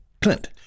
Clint